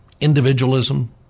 individualism